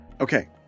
Okay